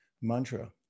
mantra